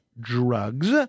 drugs